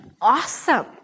awesome